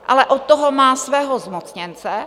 Ale od toho má svého zmocněnce.